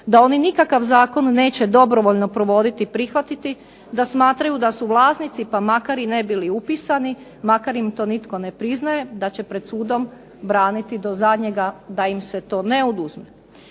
da oni nikakav zakon neće dobrovoljno provoditi i prihvatiti, da smatraju da su vlasnici pa makar i ne bili upisani, makar im to nitko priznaje da će pred sudom braniti do zadnjega da im se to ne oduzme.